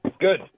good